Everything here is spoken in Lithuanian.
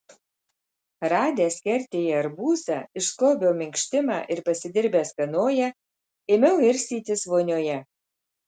radęs kertėje arbūzą išskobiau minkštimą ir pasidirbęs kanoją ėmiau irstytis vonioje